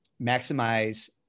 maximize